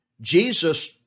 Jesus